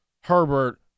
Herbert